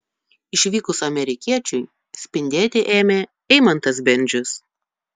išvykus amerikiečiui spindėti ėmė eimantas bendžius